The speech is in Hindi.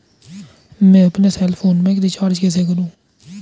मैं अपने सेल फोन में रिचार्ज कैसे करूँ?